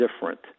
different